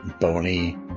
bony